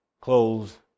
clothes